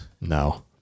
No